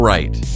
Right